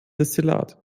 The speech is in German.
destillat